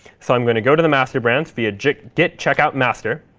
so i'm going to go to the master branch via git checkout master,